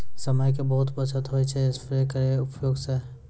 समय के बहुत बचत होय छै स्प्रेयर के उपयोग स